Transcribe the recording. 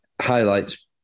highlights